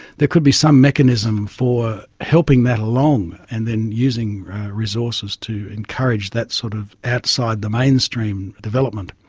there could be some mechanism for helping that along and then using resources to encourage that sort of outside the mainstream development.